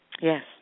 Yes